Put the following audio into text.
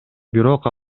бирок